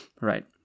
Right